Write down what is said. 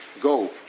go